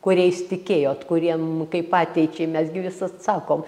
kuriais tikėjot kuriem kaip ateičiai mes gi visad sakom